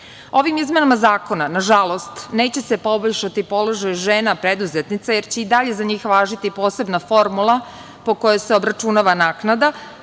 izmenama zakona, nažalost, neće se poboljšati položaj žena preduzetnica, jer će i dalje za njih važiti posebna formula po kojoj se obračunava naknada.